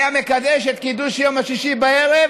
היה מקדש את קידוש יום שישי בערב